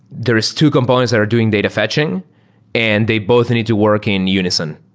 there is two components that are doing data fetching and they both need to work in unison.